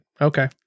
Okay